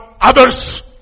others